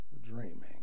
dreaming